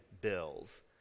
bills